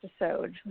episode